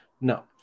No